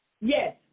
Yes